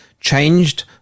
changed